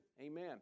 Amen